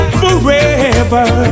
forever